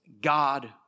God